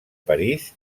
parís